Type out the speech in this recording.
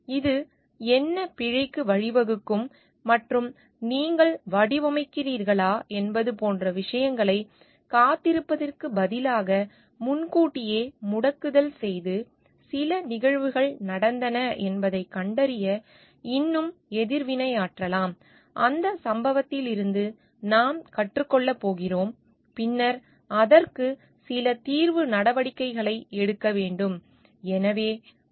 இது என்ன பிழைக்கு வழிவகுக்கும் மற்றும் நீங்கள் வடிவமைக்கிறீர்களா என்பது போன்ற விஷயங்களைக் காத்திருப்பதற்குப் பதிலாக முன்கூட்டியே முடக்குதல் செய்து சில நிகழ்வுகள் நடந்தன என்பதைக் கண்டறிய இன்னும் எதிர்வினையாற்றலாம் அந்த சம்பவத்திலிருந்து நாம் கற்றுக் கொள்ளப் போகிறோம் பின்னர் அதற்கு சில தீர்வு நடவடிக்கைகளை எடுக்க வேண்டும்